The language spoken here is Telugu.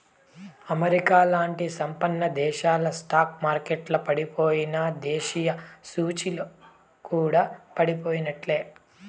అమెరికాలాంటి సంపన్నదేశాల స్టాక్ మార్కెట్లల పడిపోయెనా, దేశీయ సూచీలు కూడా పడిపోయినట్లే